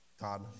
God